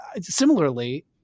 similarly